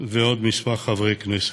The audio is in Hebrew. ועוד כמה חברי כנסת.